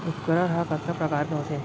उपकरण हा कतका प्रकार के होथे?